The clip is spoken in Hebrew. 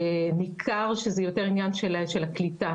ניכר שזה יותר עניין של הקליטה